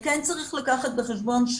כן צריך לקחת בחשבון,